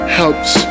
helps